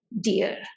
dear